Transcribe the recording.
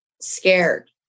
scared